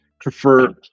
prefer